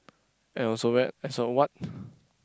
and also that as a what